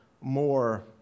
more